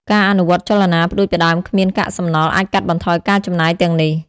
ការអនុវត្តចលនាផ្តួចផ្តើមគ្មានកាកសំណល់អាចកាត់បន្ថយការចំណាយទាំងនេះ។